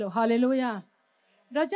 Hallelujah